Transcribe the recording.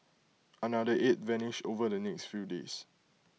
another eight vanished over the next few days